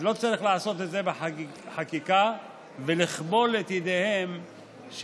אז לא צריך לעשות את זה בחקיקה ולכבול את ידיהם של